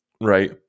Right